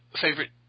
favorite